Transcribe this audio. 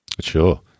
Sure